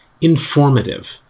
informative